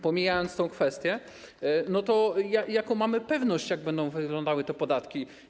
Pomijając tę kwestię, jaką mamy pewność, jak będą wyglądały te podatki?